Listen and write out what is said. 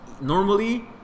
Normally